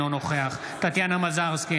אינו נוכח טטיאנה מזרסקי,